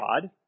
God